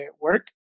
work